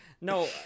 no